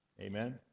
Amen